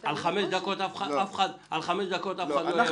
--- על חמש דקות אף אחד לא יגיד.